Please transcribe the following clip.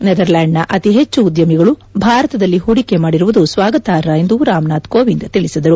ನೆದರ್ಲೆಂಡ್ನ ಅತಿ ಹೆಚ್ಚು ಉದ್ದಮಿಗಳು ಭಾರತದಲ್ಲಿ ಹೂಡಿಕೆ ಮಾಡಿರುವುದು ಸ್ವಾಗತಾರ್ಹ ಎಂದು ರಾಮನಾಥ್ ಕೋವಿಂದ್ ತಿಳಿಸಿದರು